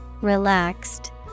Relaxed